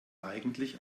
eigentlich